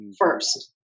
first